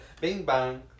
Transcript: Bing-bang